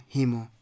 Himo